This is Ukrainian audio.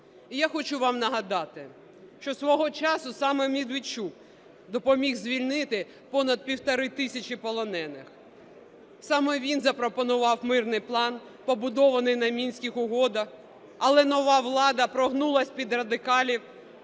І я хочу вам нагадати, що свого часу саме Медведчук допоміг звільнити понад півтори тисячі полонених, саме він запропонував мирний план, побудований на Мінських угодах. Але нова влада прогнулась під радикалів,